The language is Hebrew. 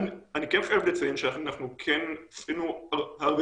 אני כן חייב לציין שאנחנו כן עשינו הרבה